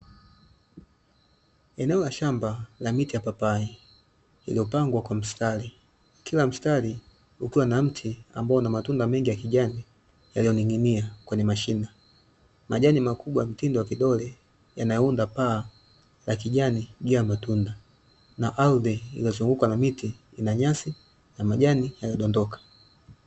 Eneo la shamba la miti ya papai, iliyopangwa kwa mstari, kila mstari ukiwa na mti ambao una matunda mengi ya kijani yaliyoning'inia kwenye mashina. Majani makubwa mtindo wa kidole yanayounda paa la kijani juu ya matunda, na ardhi iliyozungukwa na miti na nyasi na majani yaliyodondoka.